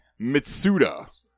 Mitsuda